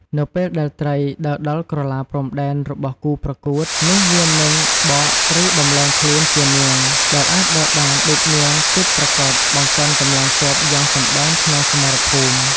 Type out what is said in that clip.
នៅពេលដែល ត្រី ដើរដល់ក្រឡាព្រំដែនរបស់គូប្រកួត នោះវានឹង បកឬដំឡើងខ្លួនជា នាង ដែលអាចដើរបានដូចនាងពិតប្រាកដ បង្កើនកម្លាំងទ័ពយ៉ាងសម្បើមក្នុងសមរភូមិ។